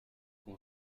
com